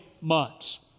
months